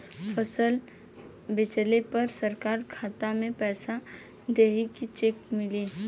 फसल बेंचले पर सरकार खाता में पैसा देही की चेक मिली?